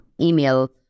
email